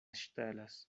ŝtelas